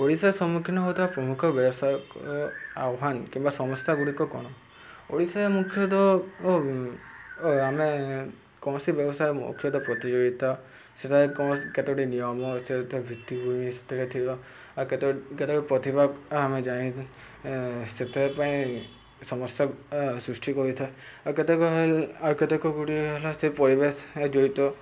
ଓଡ଼ିଶା ସମ୍ମୁଖୀନ ହେଉଥିବା ପ୍ରମୁଖ ବ୍ୟବସାୟ ଆହ୍ୱାନ କିମ୍ବା ସମସ୍ୟା ଗୁଡ଼ିକ କ'ଣ ଓଡ଼ିଶାରେ ମୁଖ୍ୟତଃ ଆମେ କୌଣସି ବ୍ୟବସାୟ ମୁଖ୍ୟତଃ ପ୍ରତିଯୋଗିତ ସେଥିରେ କୌଣସି କେତୋଟି ନିୟମ ସେ ଭିତ୍ତିଭୂମି ସେଥିରେ ଥିବା ଆଉ କେତେ କେତୋଟି ପ୍ରତିଭା ଆମେ ଯାଇ ସେଥିପାଇଁ ସମସ୍ୟା ସୃଷ୍ଟି କରିଥାଉ ଆଉ କେତେକ ଆଉ କେତେକ ଗୁଡ଼ିଏ ହେଲା ସେ ପରିବେଶ ଜଡ଼ିତ